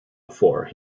before